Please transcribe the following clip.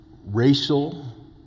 racial